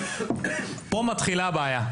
פה מתחילה הבעיה.